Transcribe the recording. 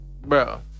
Bro